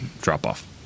drop-off